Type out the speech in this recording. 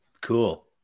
cool